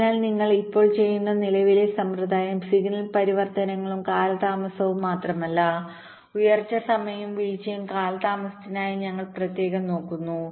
അതിനാൽ നിങ്ങൾ ഇപ്പോൾ ചെയ്യുന്ന നിലവിലെ സമ്പ്രദായം സിഗ്നൽ പരിവർത്തനങ്ങളും കാലതാമസവും മാത്രമല്ല ഉയർച്ച സമയവും വീഴ്ചയും കാലതാമസത്തിനായി ഞങ്ങൾ പ്രത്യേകം നോക്കുന്നു